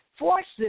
Forces